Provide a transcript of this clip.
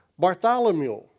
Bartholomew